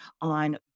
on